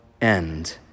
end